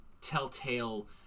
telltale